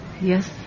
Yes